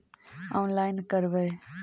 Online करवे?